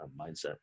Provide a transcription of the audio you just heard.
mindset